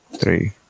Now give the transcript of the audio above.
Three